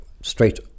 Straight